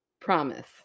promise